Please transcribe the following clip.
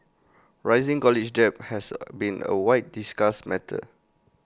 rising college debt has A been A widely discussed matter